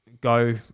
go